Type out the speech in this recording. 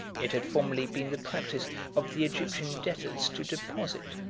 it had formerly been the practice of the egyptian debtors to deposit,